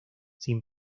sin